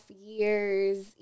years